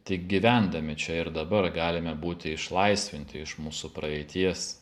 tik gyvendami čia ir dabar galime būti išlaisvinti iš mūsų praeities